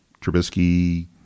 Trubisky